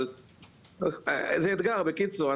אבל זה אתגר בקיצור,